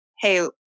hey